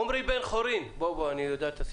עמרי בן חורין, בבקשה.